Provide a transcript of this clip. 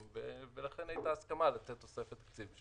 ולכן הייתה הסכמה לתת תוספת תקציב.